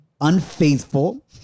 unfaithful